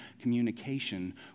communication